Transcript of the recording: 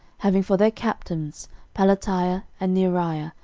having for their captains pelatiah, and neariah,